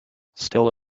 still